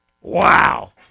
Wow